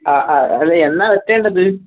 ആ ആ അതല്ല എന്നാണ് വെട്ടണ്ടത്